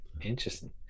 Interesting